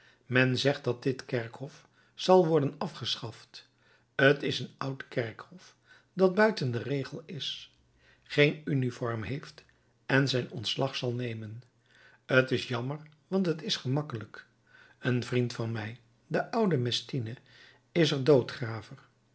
men zegt dat dit kerkhof zal worden afgeschaft t is een oud kerkhof dat buiten den regel is geen uniform heeft en zijn ontslag zal nemen t is jammer want t is gemakkelijk een vriend van mij de oude mestienne is er